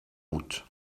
route